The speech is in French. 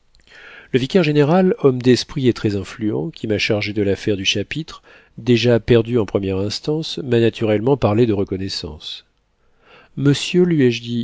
le vicaire-général homme d'esprit et très influent qui m'a chargé de l'affaire du chapitre déjà perdue en première instance m'a naturellement parlé de reconnaissance monsieur lui ai-je dit